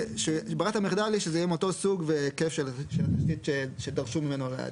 ברירת המחדל היא שזה יהיה מאותו סוג והעתק של התשתית שדרשו ממנו להעתיק.